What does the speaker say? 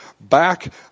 back